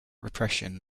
repression